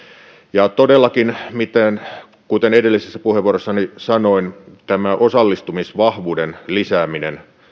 ja todellakin kuten edellisessä puheenvuorossani sanoin tämä osallistumisvahvuuden lisääminen